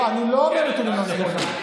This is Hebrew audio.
אני לא אומר נתונים לא נכונים.